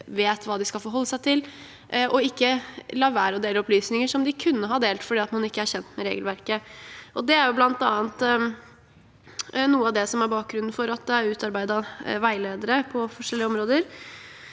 og ikke lar være å dele opplysninger som de kunne ha delt, fordi de ikke er kjent med regelverket. Det er noe av bakgrunnen for at det er utarbeidet veiledere på forskjellige områder,